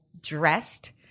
dressed